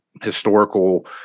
historical